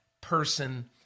person